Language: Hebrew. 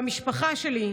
והמשפחה שלי,